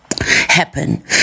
happen